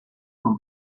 con